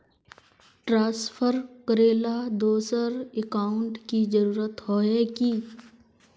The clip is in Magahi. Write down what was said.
ट्रांसफर करेला दोसर अकाउंट की जरुरत होय है की?